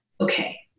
okay